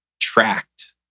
tracked